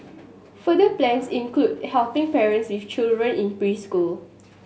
further plans include helping parents with children in preschool